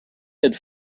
had